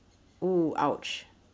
oo !ouch!